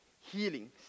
healings